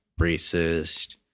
racist